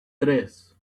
tres